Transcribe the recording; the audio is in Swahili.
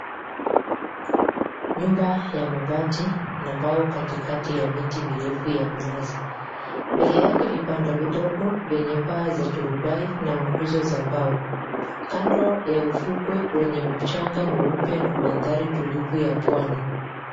Nyumba ya mabati na mbao katikati ya miti mirefu ya minazi. Mbele yake vibanda vidogo vyenye paa za torubai na nguzo za mbao. Kando ya ufukwe wenye mchanga mweupe na mandhari tulivu ya pwani.